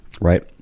right